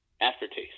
aftertaste